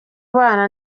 bana